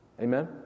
Amen